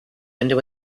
into